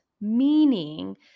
meaning